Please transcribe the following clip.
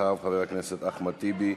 אחריו, חבר הכנסת אחמד טיבי,